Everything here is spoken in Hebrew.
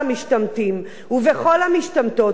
עכשיו תקשיב, ואחרי שנסיים נקבל החלטות.